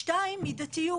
שתיים, מידתיות